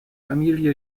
familie